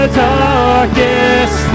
darkest